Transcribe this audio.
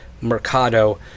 Mercado